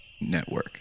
Network